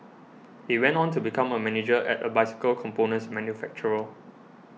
he went on to become a manager at a bicycle components manufacturer